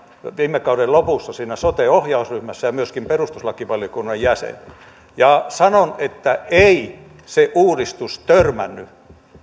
viime kauden lopussa siinä sote ohjausryhmässä ja myöskin perustuslakivaliokunnan jäsen ja sanon että ei se uudistus siihen törmännyt